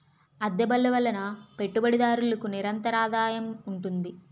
అద్దె బళ్ళు వలన పెట్టుబడిదారులకు నిరంతరాదాయం ఉంటుంది